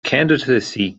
candidacy